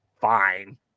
fine